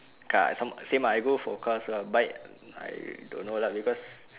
car some same ah I go for cars lah bikes I don't know lah because